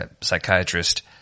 psychiatrist